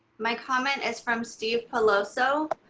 my comment is from steve peloso.